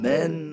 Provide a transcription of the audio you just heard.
Men